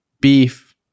beef